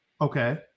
Okay